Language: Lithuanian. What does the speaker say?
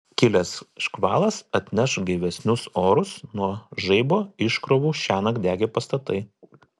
kilęs škvalas atneš gaivesnius orus nuo žaibo iškrovų šiąnakt degė pastatai